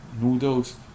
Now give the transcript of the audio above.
noodles